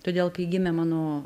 todėl kai gimė mano